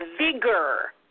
vigor